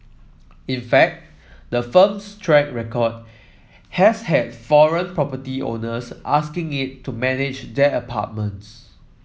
in fact the firm's track record has had foreign property owners asking it to manage their apartments